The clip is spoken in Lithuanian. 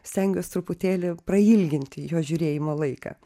stengiuos truputėlį prailginti jo žiūrėjimo laiką